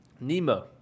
Nemo